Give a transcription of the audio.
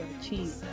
achieve